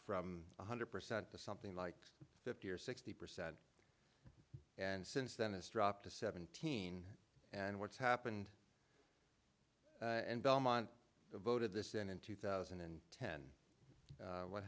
from one hundred percent to something like fifty or sixty percent and since then it's dropped to seventeen and what's happened and belmont voted this in in two thousand and ten what